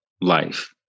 life